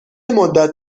مدت